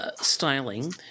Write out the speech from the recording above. styling